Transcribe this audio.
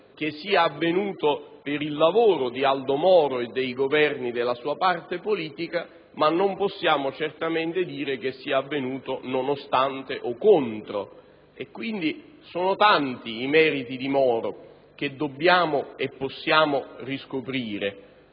che sia avvenuto per il lavoro di Aldo Moro e per i governi della sua parte politica, ma nemmeno che sia avvenuto nonostante o contro. Quindi, sono tanti i meriti di Moro che dobbiamo e possiamo riscoprire.